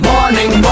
Morning